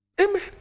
Amen